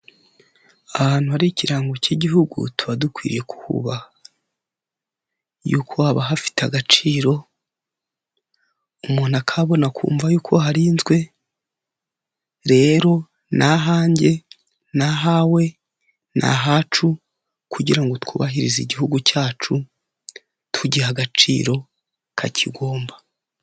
Ahantu hari ikirango cy'igihugu, tuba dukwiriye kuhubaha. Yuko haba hafite agaciro, umuntu akabona akumva yuko harinzwe, rero ni ahanjye, ni ahawe, ni ahacu, kugira ngo twubahirize igihugu cyacu, tugiha agaciro kakigomba.